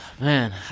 Man